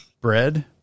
bread